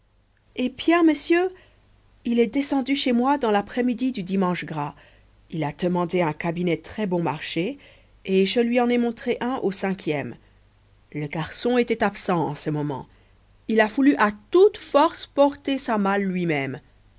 eh bien monsieur il est descendu chez moi dans l'après-midi du dimanche gras il a demandé un cabinet très-bon marché et je lui en ai montré un au cinquième le garçon étant absent en ce moment il a voulu à toute force porter sa malle lui-même